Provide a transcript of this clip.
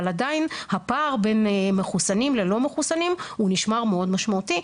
אבל עדיין הפער בין מחוסנים ללא מחוסנים הוא נשמר מאוד משמעותי,